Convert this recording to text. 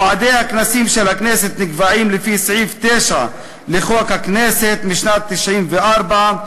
מועדי הכנסים של הכנסת נקבעים לפי סעיף 9 לחוק הכנסת משנת 1994,